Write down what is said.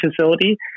facility